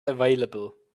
available